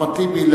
אחמד טיבי,